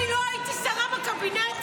מעולם לא הייתי שרה בקבינט.